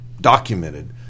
documented